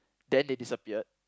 then they disappeared